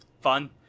fun